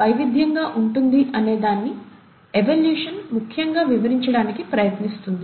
వైవిధ్యంగా ఉంటుంది అనేదాన్ని ఎవల్యూషన్ ముఖ్యంగా వివరించడానికి ప్రయత్నిస్తుంది